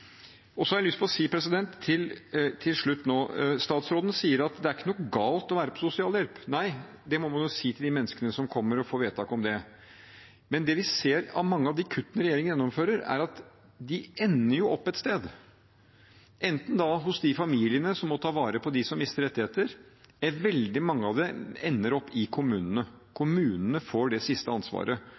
Så har jeg lyst til å si mot slutten nå: Statsråden sier at det er ikke noe galt å være på sosialhjelp. Nei, det må man si til de menneskene som får vedtak om det. Det vi ser av mange av de kuttene regjeringen gjennomfører, er at de ender opp et sted – enten hos de familiene som må ta vare på dem som mister rettigheter, eller veldig mange av dem ender opp i kommunene. Kommunene får det siste ansvaret,